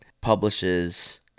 publishes